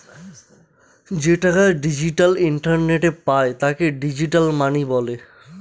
যে টাকা ডিজিটাল ইন্টারনেটে পায় তাকে ডিজিটাল মানি বলে